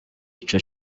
ico